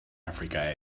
africa